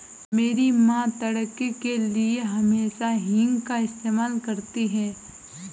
मेरी मां तड़के के लिए हमेशा हींग का इस्तेमाल करती हैं